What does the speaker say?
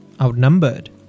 Outnumbered